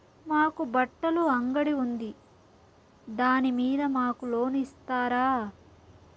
మాకు బట్టలు అంగడి ఉంది దాని మీద మాకు లోను ఇస్తారా